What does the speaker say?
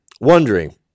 wondering